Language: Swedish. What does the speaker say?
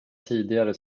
tidigare